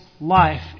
life